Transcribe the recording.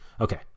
Okay